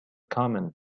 common